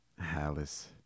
Alice